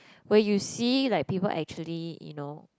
when you see like people actually you know